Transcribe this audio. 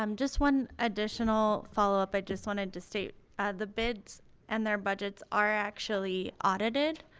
um just one additional follow up. i just wanted to state the bids and their budgets are actually audited